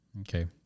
Okay